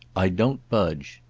i don't budge.